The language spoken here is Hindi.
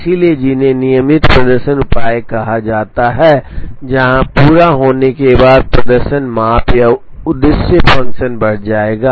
इसलिए जिन्हें नियमित प्रदर्शन उपाय कहा जाता है जहां पूरा होने के बाद प्रदर्शन माप या उद्देश्य फ़ंक्शन बढ़ जाएगा